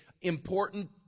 important